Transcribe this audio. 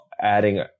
adding